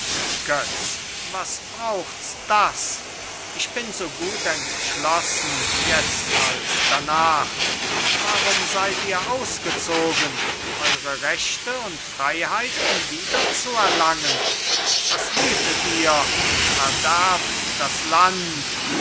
was braucht's das ich bin so gut entschlossen jetzt als darnach warum seid ihr ausgezogen eure rechte und freiheiten wiederzuerlangen was wütet ihr und verderbt das land